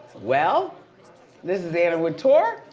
well this is anna wintour.